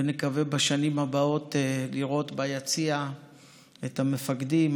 ונקווה בשנים הבאות לראות ביציע את המפקדים,